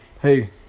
hey